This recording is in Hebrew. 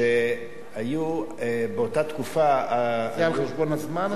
שהיו באותה תקופה, זה על חשבון הזמן?